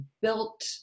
built